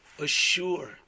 assure